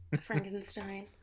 Frankenstein